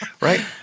Right